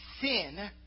sin